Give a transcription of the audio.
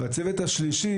בצוות הנוסף,